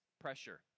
pressure